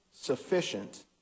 sufficient